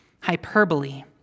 hyperbole